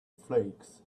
flakes